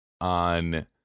on